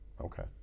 Okay